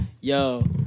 yo